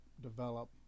develop